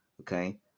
okay